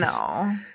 No